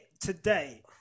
today